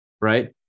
right